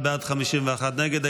31 בעד, 51 נגד.